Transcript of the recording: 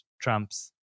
Trump's